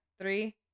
Three